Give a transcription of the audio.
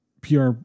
PR